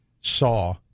saw